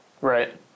Right